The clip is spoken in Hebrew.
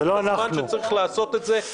בדיוק הזמן שצריך לעשות את זה.